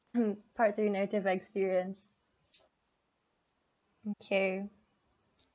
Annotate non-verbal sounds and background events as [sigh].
[noise] part three negative experience okay